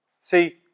See